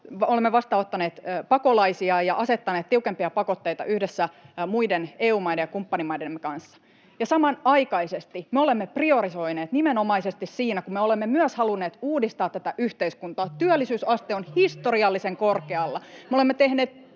olemme vastaanottaneet pakolaisia ja asettaneet tiukempia pakotteita yhdessä muiden EU-maiden ja kumppanimaidemme kanssa. Samanaikaisesti me olemme priorisoineet nimenomaisesti siinä, kun me olemme myös halunneet uudistaa tätä yhteiskuntaa. [Leena Meri: Te ette ole